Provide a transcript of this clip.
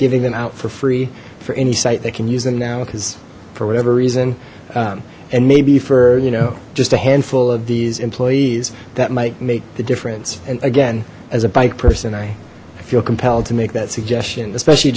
giving them out for free for any site that can use them now because for whatever reason and maybe for you know just a handful of these employees that might make the difference and again as a bike person i feel compelled to make that suggestion especially